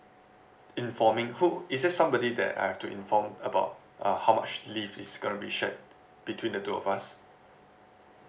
informing who is there somebody that I have to inform about uh how much leave is gonna be shared between the two of us